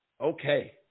Okay